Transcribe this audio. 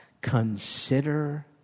consider